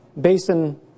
basin